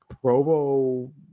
Provo